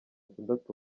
itandatu